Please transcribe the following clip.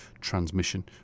Transmission